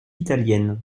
italienne